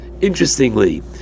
Interestingly